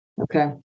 Okay